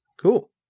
Cool